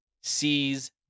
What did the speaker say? sees